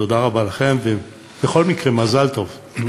תודה רבה לכם, ובכל מקרה: מזל טוב.